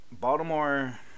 Baltimore